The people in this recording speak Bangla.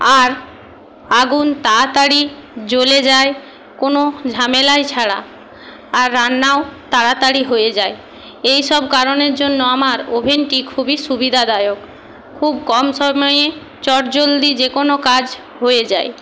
আর আগুন তাড়াতাড়ি জ্বলে যায় কোনো ঝামেলা ছাড়া আর রান্নাও তাড়াতাড়ি হয়ে যায় এই সব কারণের জন্য আমার ওভেনটি খুবই সুবিধাদায়ক খুব কম সময়ে চটজলদি যে কোনো কাজ হয়ে যায়